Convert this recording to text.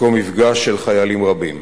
מקום מפגש של חיילים רבים.